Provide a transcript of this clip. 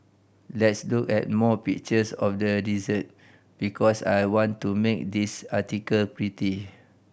let's look at more pictures of the dessert because I want to make this article pretty